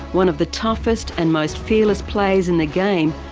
one of the toughest and most fearless players in the game,